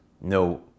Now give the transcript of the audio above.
no